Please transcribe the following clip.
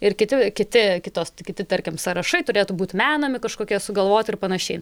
ir kiti kiti kitos kiti tarkim sąrašai turėtų būt menami kažkokie sugalvoti ir panašiai